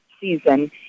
season